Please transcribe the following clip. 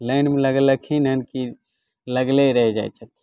लाइनमे लगलखिन हन की लगलै रहि जाइ छथिन